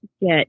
get